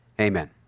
Amen